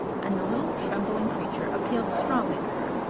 and the little trembling creature appealed strongly to her.